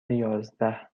یازده